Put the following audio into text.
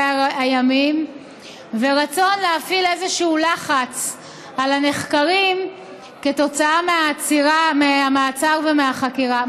הימים ורצון להפעיל איזשהו לחץ על הנחקרים כתוצאה מהמעצר ומהחקירה.